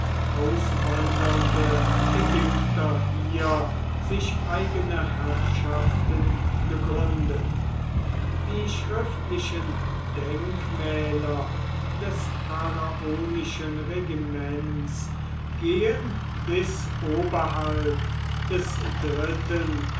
auswandernde ägypter hier sich eigene herrschaften gegründet die schriftlichen denkmäler des pharaonischen regiments gehen bis oberhalb des dritten